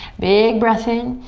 big breath in.